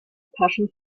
passion